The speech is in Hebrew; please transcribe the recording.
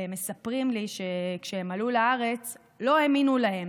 הם מספרים לי שכשהם עלו לארץ לא האמינו להם,